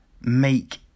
make